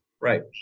Right